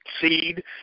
seed